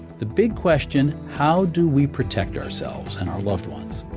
the big question how do we protect ourselves and our loved ones?